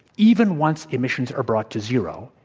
even once emissions are brought to zero,